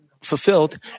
fulfilled